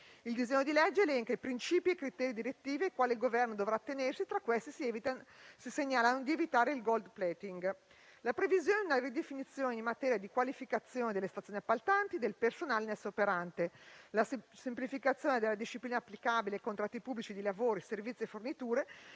Il disegno di legge elenca i principi e i criteri direttivi ai quali il Governo dovrà attenersi e, tra questi, si segnalano la necessità di evitare il *gold plating*; la previsione e la ridefinizione in materia di qualificazione delle stazioni appaltanti e del personale in esse operante; la semplificazione della disciplina applicabile ai contratti pubblici di lavori, servizi e forniture